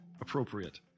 appropriate